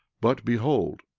but behold,